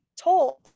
told